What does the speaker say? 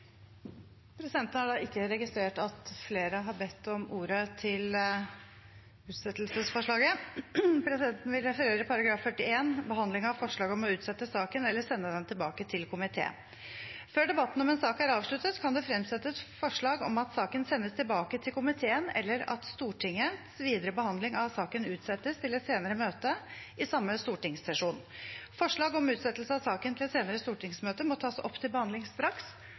Presidenten har ikke registrert at flere har bedt om ordet til utsettelsesforslaget. Presidenten vil referere § 41 Behandling av forslag om å utsette saken eller sende den tilbake til komité: «Før debatten om en sak er avsluttet, kan det fremsettes forslag om at saken sendes tilbake til komiteen eller at Stortingets videre behandling av saken utsettes til et senere møte i samme stortingssesjon. Forslag om utsettelse av saken til et senere stortingsmøte må tas opp til behandling straks